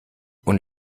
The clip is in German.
und